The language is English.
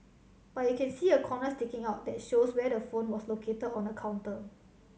but you can see a corner sticking out that shows where the phone was located on the counter